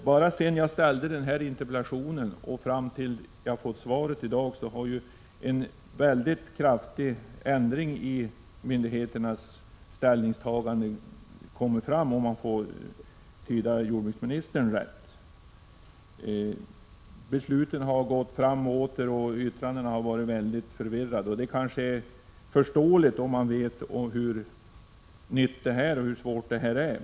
Bara sedan jag framställde min interpellation och tills jag i dag fått svaret har en kraftig ändring i myndigheternas ställningstagande inträtt, om jag tyder jordbruksministerns svar rätt. Besluten har gått fram och åter och uttalandena har varit förvirrade. Det är kanske förståeligt när man vet att problemet är nytt och svårt.